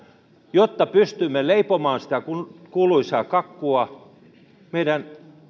jotta pystymme leipomaan sitä kuuluisaa kakkua meidän